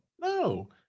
No